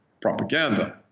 propaganda